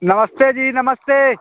नमस्ते जी नमस्ते